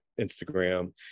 Instagram